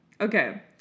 Okay